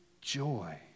joy